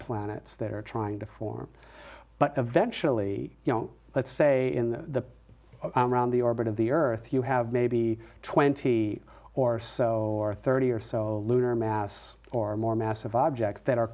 planets that are trying to form but eventually you know let's say in the around the orbit of the earth you have maybe twenty or so or thirty or so lunar mass or more massive objects that are